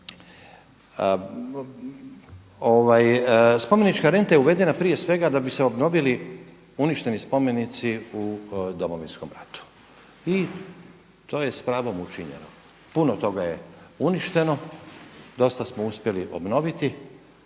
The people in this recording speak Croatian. Spomenička renta je uvedena prije svega da bi se obnovili uništeni spomenici u Domovinskom ratu. I to je s pravom učinjeno, puno toga je uništeno, dosta smo uspjeli obnoviti,